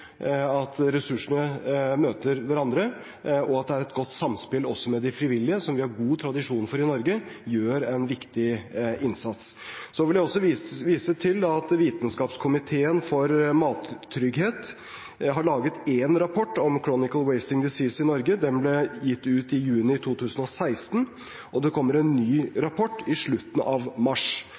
har god tradisjon for i Norge gjør en viktig innsats. Jeg vil også vise til at Vitenskapskomiteen for mattrygghet har laget én rapport om Chronic Wasting Disease i Norge. Den ble utgitt i juni 2016, og det kommer en ny rapport i slutten av mars.